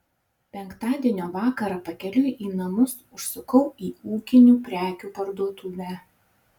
penktadienio vakarą pakeliui į namus užsukau į ūkinių prekių parduotuvę